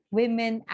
women